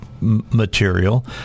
material